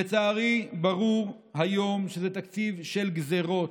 לצערי, ברור היום שזה תקציב של גזרות.